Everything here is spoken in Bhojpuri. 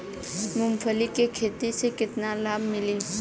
मूँगफली के खेती से केतना लाभ मिली?